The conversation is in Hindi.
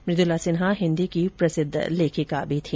मृदुला सिन्हा हिन्दी की प्रसिद्ध लेखिका भी थी